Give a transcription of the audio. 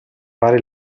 fare